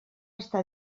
està